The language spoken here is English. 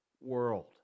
world